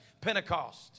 Pentecost